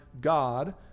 God